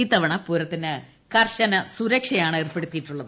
ഇത്തവണ പൂരത്തിന് കർശന സുരക്ഷയാണ് ഏർപ്പെടുത്തിയിട്ടുള്ളത്